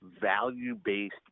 value-based